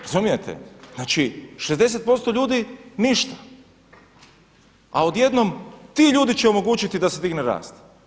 Razumijete, znači 60% ljudi ništa, a odjednom ti ljudi će omogućiti da se digne rast.